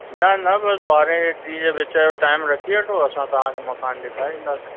न न बसि ॿारहें टीह विच जो टाइम रखी वठो असां तव्हांखे मकान ॾेखारींदासीं